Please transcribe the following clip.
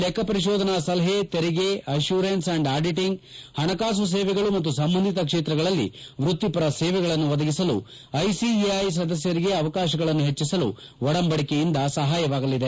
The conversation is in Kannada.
ಲೆಕ್ಷಪರಿಶೋಧನಾ ಸಲಹೆ ತೆರಿಗೆ ಅಷ್ಟುರೆನ್ಸ್ ಅಂಡ್ ಆಡಿಟಿಂಗ್ ಹಣಕಾಸು ಸೇವೆಗಳು ಮತ್ತು ಸಂಬಂಧಿತ ಕ್ಷೇತ್ರಗಳಲ್ಲಿ ವೃತ್ತಿಪರ ಸೇವೆಗಳನ್ನು ಒದಗಿಸಲು ಐಸಿಎಐ ಸದಸ್ಯರಿಗೆ ಅವಕಾಶಗಳನ್ನು ಹೆಚ್ಚಿಸಲು ಒಡಂಬಡಿಕೆಯಿಂದಾಗಿ ಸಹಾಯವಾಗಲಿದೆ